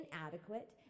inadequate